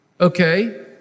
okay